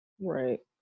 Right